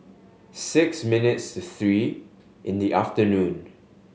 six minutes to three in the afternoon